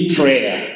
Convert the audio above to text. prayer